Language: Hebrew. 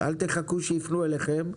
אל תחכו שיפנו אליכם.